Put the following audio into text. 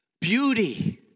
Beauty